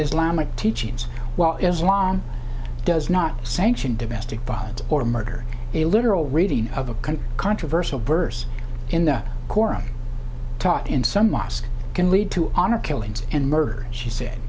islamic teachings well as long does not sanction domestic violence or murder a literal reading of a controversial burgers in the koran taught in some mosque can lead to honor killings and murder she said